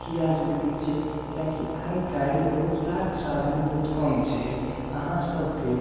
किए जरुरी छै किएकि आइकाल्हि रोजगारके साधन बहुत कम छै अहाँ सबके